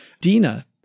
Dina